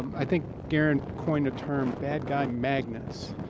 i think garen coined a term, bad guy magnets.